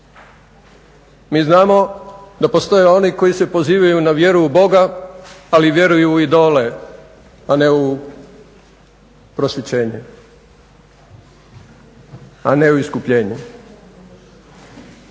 Mi znamo da postoje oni koji se pozivaju na vjeru u boga, ali vjeruju u idole, a ne u prosvjećenje, a ne u iskupljenje.